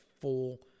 full